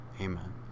Amen